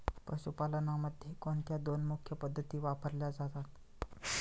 पशुपालनामध्ये कोणत्या दोन मुख्य पद्धती वापरल्या जातात?